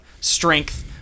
strength